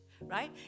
right